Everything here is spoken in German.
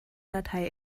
datei